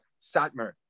Satmer